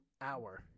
hour